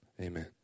amen